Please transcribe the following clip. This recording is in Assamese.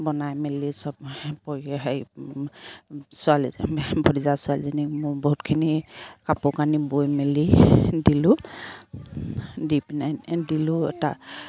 বনাই মেলি চব পৰি হেৰি ছোৱালীজনী ভতিজা ছোৱালীজনীক মোৰ বহুতখিনি কাপোৰ কানি বৈ মেলি দিলোঁ দি পিনে দিলোঁ এটা